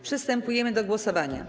Przystępujemy do głosowania.